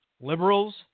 Liberals